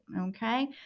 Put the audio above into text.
Okay